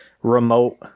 Remote